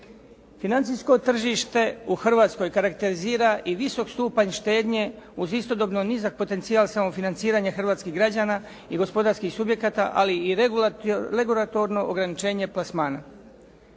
Financijsko tržište u Hrvatskoj karakterizira i visok stupanj štednje uz istodobno nizak potencijal samofinanciranja hrvatskih građana i gospodarskih subjekata ali i regulatorno ograničenje plasmana.